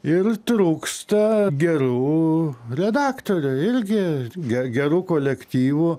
ir trūksta gerų redaktorių irgi ge gerų kolektyvų